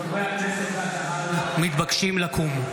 11:36.) חברי הכנסת והקהל מתבקשים לקום.